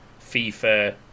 FIFA